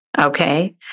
okay